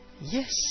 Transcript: Yes